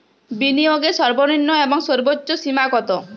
বিনিয়োগের সর্বনিম্ন এবং সর্বোচ্চ সীমা কত?